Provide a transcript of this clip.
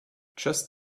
just